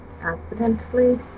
accidentally